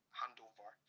handover